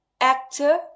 actor